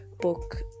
book